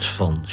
van